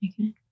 Okay